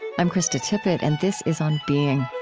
i'm krista tippett, and this is on being